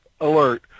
alert